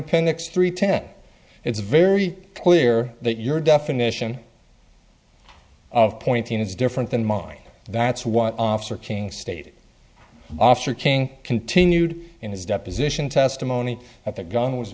appendix three ten it's very clear that your definition of pointing is different than mine that's what officer king state after king continued in his deposition testimony that the gun was